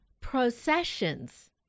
processions